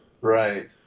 right